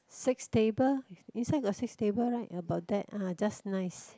six table inside got six table right about that uh just nice